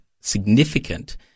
significant